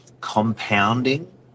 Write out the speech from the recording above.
compounding